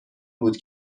بود